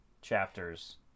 chapters